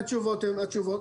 התשובות